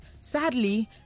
sadly